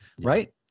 right